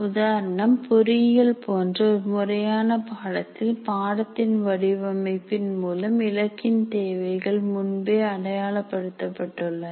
உதாரணம் பொறியியல் போன்ற ஒரு முறையான பாடத்தில் பாடத்தின் வடிவமைப்பின் மூலம் இலக்கின் தேவைகள் முன்பே அடையாளப்படுத்தப்பட்டன